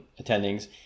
attendings